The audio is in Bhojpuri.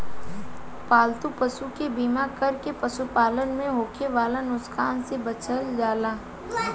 पालतू पशु के बीमा कर के पशुपालन में होखे वाला नुकसान से बचल जाला